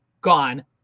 gone